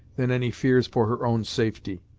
than any fears for her own safety.